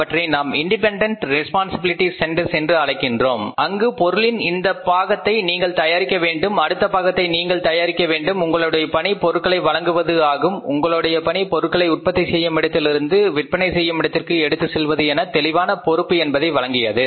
அவற்றை நாம் independent responsibility centres என்று அழைப்பதற்கு ஆரம்பித்தோம் அங்கு பொருளின் இந்த பாகத்தை நீங்கள் தயாரிக்க வேண்டும் அடுத்த பாகத்தை நீங்கள் தயாரிக்க வேண்டும் உங்களுடைய பணி பொருட்களை வழங்குவது ஆகும் உங்களுடைய பணி பொருட்களை உற்பத்தி செய்யும் இடத்திலிருந்து விற்பனை செய்யும் இடத்திற்கு எடுத்துச் செல்வது என தெளிவான பொறுப்பு என்பதை வழங்கியது